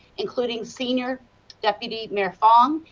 including senior deputy mayor fong,